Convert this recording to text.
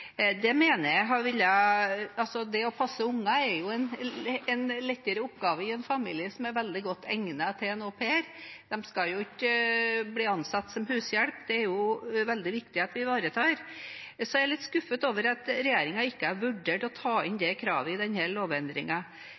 Det å passe unger er jo en lettere oppgave i en familie som er veldig godt egnet for en au pair. De skal ikke bli ansatt som hushjelp. Det er det veldig viktig at vi ivaretar, så jeg er litt skuffet over at regjeringen ikke har vurdert å ta det kravet inn i lovendringen. Hvorfor har statsråden valgt å ikke benytte seg av den